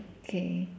okay